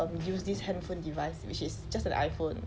um use this handphone device which is just an iphone